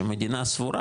שמדינה סבורה,